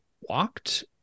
walked